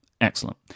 excellent